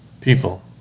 people